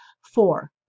Four